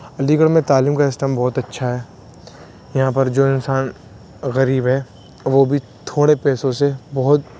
علی گڑھ میں تعلیم کا سسٹم بہت اچھا ہے یہاں پر جو انسان غریب ہے وہ بھی تھوڑے پیسوں سے بہت